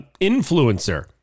influencer